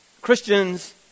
Christians